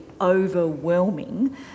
overwhelming